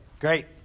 great